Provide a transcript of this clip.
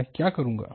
मैं क्या करूँगा